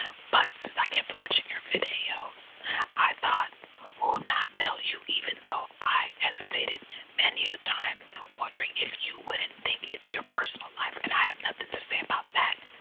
but since i kept watching your videos i thought who not tell you even though i hesitated manu times, wondering if you wouldn't think it's your personal life and i have nothing to say about that.